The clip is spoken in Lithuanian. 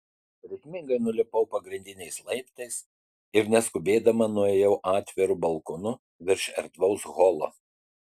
ritmingai nulipau pagrindiniais laiptais ir neskubėdama nuėjau atviru balkonu virš erdvaus holo